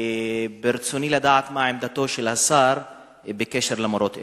ברצוני לדעת: מה עמדתו של השר בקשר למורות אלה?